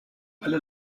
alle